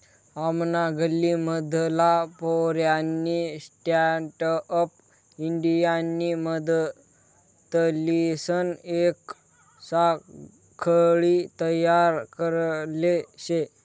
आमना गल्ली मधला पोऱ्यानी स्टँडअप इंडियानी मदतलीसन येक साखळी तयार करले शे